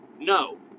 No